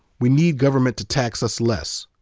we need government to tax us less.